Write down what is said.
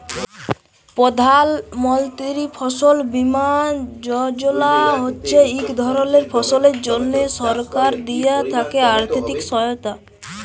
প্রধাল মলতিরি ফসল বীমা যজলা হছে ইক ধরলের ফসলের জ্যনহে সরকার থ্যাকে দিয়া আথ্থিক সহায়তা